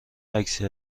عکسی